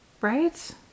Right